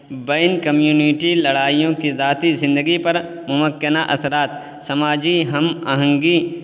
بین community لڑائیوں کی ذاتی زندگی پر ممکنہ اثرات ہم آہنگی